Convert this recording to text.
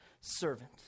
servant